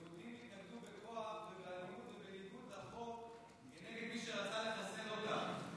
היהודים התנגדו בכוח ובאלימות ובניגוד לחוק למי שרצו לחסל אותם.